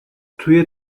توی